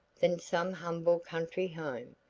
than some humble country home,